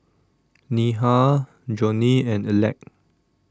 Neha Johnie and Aleck